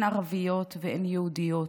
אין ערביות ואין יהודיות,